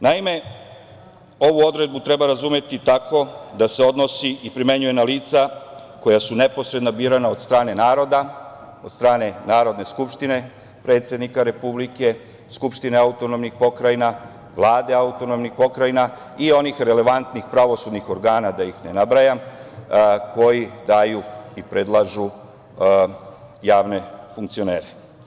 Naime, ovu odredbu treba razumeti tako da se odnosi i primenjuje na lica koja su neposredno birana od strane naroda, od stane Narodne skupštine, predsednika Republike, Skupštine AP, Vlade AP i onih relevantnih pravosudnih organa da ih ne nabrajam, koji daju i predlažu javne funkcionere.